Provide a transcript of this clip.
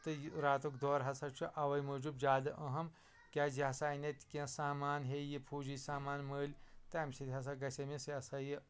تہٕ یہِ راتُک دورٕ ہَسا چھُ اوے موٗجوٗب زیادٕ أہم کیٛازِ یہِ ہَسا اَنہِ اَتہِ کیٚنٛہہ سامان ہیٚیہِ یہِ فوجی سامان مٔلۍ تَمہِ سۭتۍ ہَسا گَژھِ أمِس یا سا یہِ